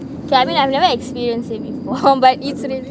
so I mean I have never experienced it before but it's really